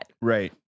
Right